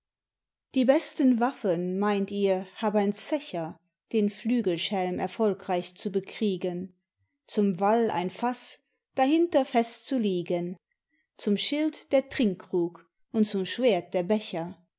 die besten waffen meint ihr hab ein zecher den flügelschelm erfolgreich zu bekriegen zum wall ein faß dahinter fest zu liegen zum schild der trinkkrug und zum schwert der becher